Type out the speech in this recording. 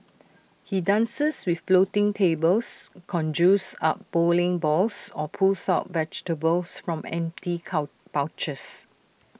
he dances with floating tables conjures up bowling balls or pulls out vegetables from empty cow pouches